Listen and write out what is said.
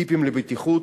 טיפים לבטיחות,